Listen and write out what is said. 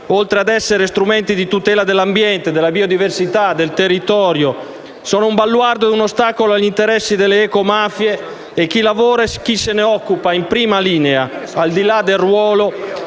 Oltre ad essere strumenti di tutela dell'ambiente, della biodiversità e del territorio, essi sono un baluardo e un ostacolo agli interessi delle ecomafie. Chi lavora e se ne occupa in prima linea, al di là del ruolo,